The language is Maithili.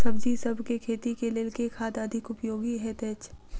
सब्जीसभ केँ खेती केँ लेल केँ खाद अधिक उपयोगी हएत अछि?